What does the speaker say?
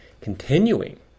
continuing